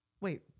Wait